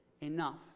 enough